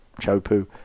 chopu